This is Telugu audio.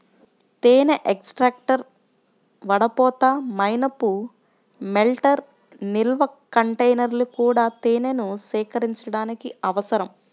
తేనె ఎక్స్ట్రాక్టర్, వడపోత, మైనపు మెల్టర్, నిల్వ కంటైనర్లు కూడా తేనెను సేకరించడానికి అవసరం